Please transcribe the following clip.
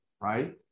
right